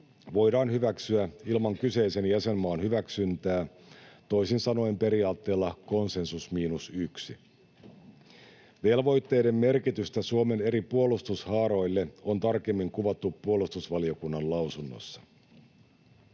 voidaan hyväksyä ilman kyseisen jäsenmaan hyväksyntää, toisin sanoen periaatteella konsensus miinus yksi. Velvoitteiden merkitystä Suomen eri puolustushaaroille on tarkemmin kuvattu puolustusvaliokunnan lausunnossa.